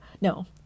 no